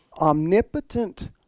omnipotent